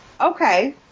Okay